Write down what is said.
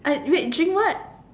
I wait drink what